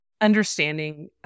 Understanding